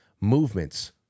Movements